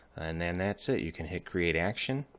and then that's it. you can hit create action.